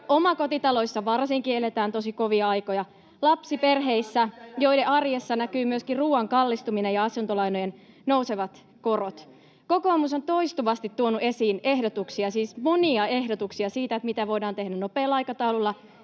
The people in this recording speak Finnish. Omakotitaloissa varsinkin eletään tosi kovia aikoja, ja lapsiperheissä, joiden arjessa näkyvät myöskin ruoan kallistuminen ja asuntolainojen nousevat korot. Kokoomus on toistuvasti tuonut esiin ehdotuksia, siis monia ehdotuksia, mitä voidaan tehdä nopealla aikataululla